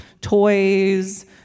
toys